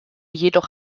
jedoch